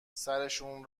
سرشون